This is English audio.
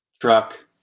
truck